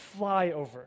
flyover